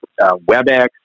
WebEx